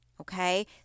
Okay